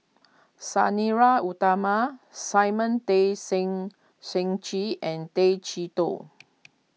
Sang Nila Utama Simon Tay Seng Seng Chee and Tay Chee Toh